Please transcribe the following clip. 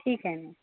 ठीक आहे ना